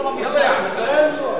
המחאה נרשמה בפרוטוקול,